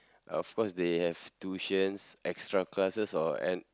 of course they have tuitions extra classes or en~